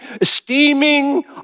esteeming